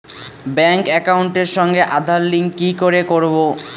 Bank একাউন্টের সঙ্গে Aadhaar link কি করে করবো?